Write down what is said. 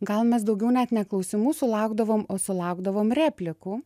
gal mes daugiau net ne klausimų sulaukdavom o sulaukdavom replikų